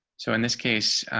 so in this case,